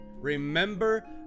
remember